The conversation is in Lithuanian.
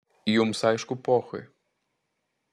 jums aišku pochui